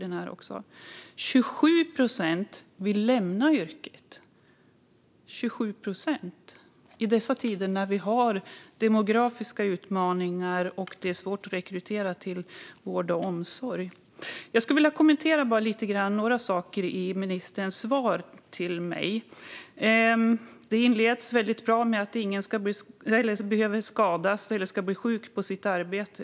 Så mycket som 27 procent vill lämna yrket, det i tider då vi har demografiska utmaningar och det är svårt att rekrytera till vård och omsorg. Låt mig kommentera ministerns svar. Det inleds bra med: "Ingen ska behöva skadas eller bli sjuk av sitt arbete".